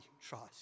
trust